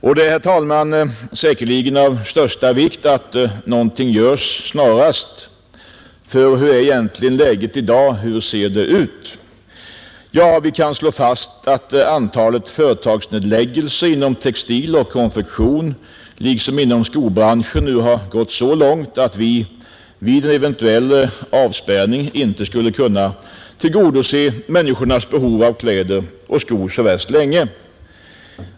Det är, herr talman, säkerligen av största vikt att någonting görs snarast, ty hur är egentligen läget i dag? Hur ser det ut? Jo, vi kan slå fast, att antalet företagsnedläggelser inom textil och konfektion liksom inom skobranschen nu har gått så långt att vi vid en eventuell avspärrning inte skulle kunna tillgodose människornas behov av kläder och skor så värst länge.